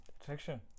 Attraction